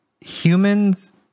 humans